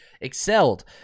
excelled